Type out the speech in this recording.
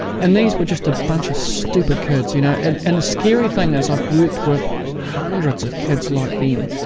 and these were just a bunch of stupid kids, you know, and the and scary thing is, i've worked with hundreds of kids like them.